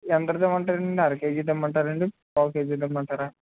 ఎంతది ఇమ్మంటారండి అరకేజీది ఇమ్మంటారండి పావుకేజీది ఇమ్మంటారా